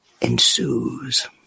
ensues